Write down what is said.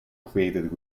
created